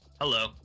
Hello